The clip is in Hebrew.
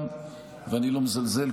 ואני לא מזלזל,